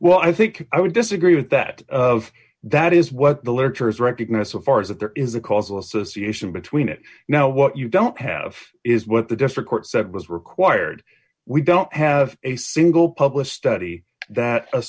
well i think i would disagree with that of that is what the literature is recognized so far is that there is a causal association between it now what you don't have is what the district court said was required we don't have a single published study that